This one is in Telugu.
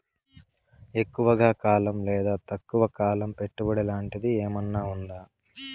ఎక్కువగా కాలం లేదా తక్కువ కాలం పెట్టుబడి లాంటిది ఏమన్నా ఉందా